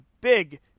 big